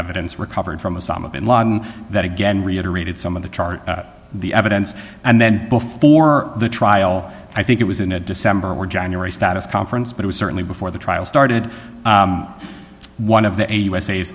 evidence recovered from osama bin laden that again reiterated some of the chart the evidence and then before the trial i think it was in a december or january status conference but was certainly before the trial started one of the u